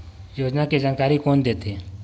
योजना के जानकारी कोन दे थे?